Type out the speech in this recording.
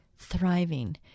thriving